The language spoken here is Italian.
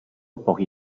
pochi